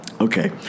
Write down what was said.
Okay